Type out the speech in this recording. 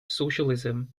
socialism